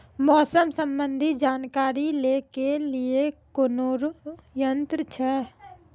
मौसम संबंधी जानकारी ले के लिए कोनोर यन्त्र छ?